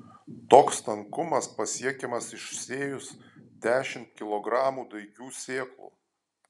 toks tankumas pasiekiamas išsėjus dešimt kilogramų daigių sėklų